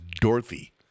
Dorothy